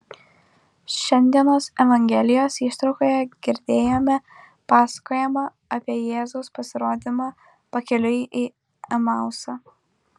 šiandienos evangelijos ištraukoje girdėjome pasakojimą apie jėzaus pasirodymą pakeliui į emausą